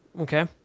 Okay